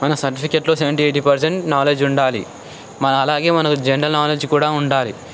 మన సర్టిఫికేట్లు seventy eighty percent knowledge ఉండాలి మన అలాగే మనకు జనరల్ నాలెడ్జ్ కూడా ఉండాలి